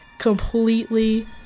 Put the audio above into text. completely